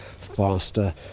faster